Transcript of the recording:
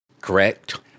Correct